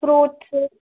fruits